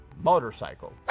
Motorcycle